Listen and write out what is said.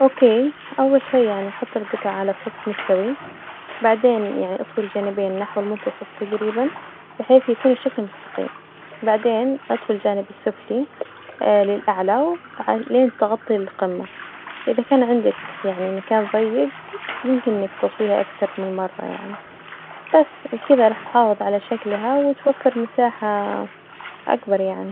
أوكي، أول شي يعني أحط الجطع على سطح مستوي، بعدين يعني إطوي الجانبين نحو المنتصف تجريبا بحيث يكون الشكل مستقيم، بعدين إطوي الجانب السفلي للأعلى لين تغطي القمة، إذا كان عندك يعني المكان ظيق يمكن إنك تطويها أكثر من مرة يعني، بس وبكذا راح تحافظ على شكلها وتوفر مساحة أكبر يعني.